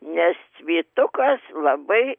nes vytukas labai